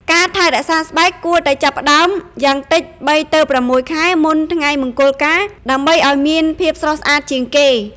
ការថែរក្សាស្បែកគួរតែចាប់ផ្តើមយ៉ាងតិច ៣ ទៅ ៦ ខែមុនថ្ងៃមង្គលការដើម្បីអោយមានភាពស្រស់ស្អាតជាងគេ ។